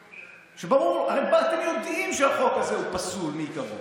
שברור, הרי אתם יודעים שהחוק הזה פסול מעיקרו.